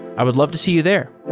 i would love to see you there.